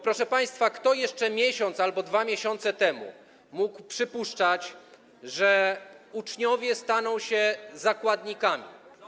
Proszę państwa, kto jeszcze miesiąc, 2 miesiące temu mógł przypuszczać, że uczniowie staną się zakładnikami.